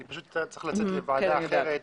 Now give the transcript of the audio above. אני צריך לצאת לוועדה אחרת,